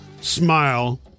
smile